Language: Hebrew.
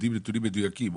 יודעים נתונים מדויקים.